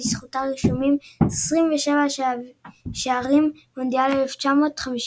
לזכותה רשומים 27 שערים במונדיאל 1954.